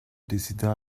décida